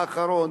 האחרון,